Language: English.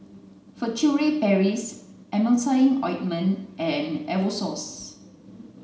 Furtere Paris Emulsying Ointment and Novosource